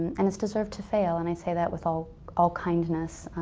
and this deserved to fail and i say that with all all kindness.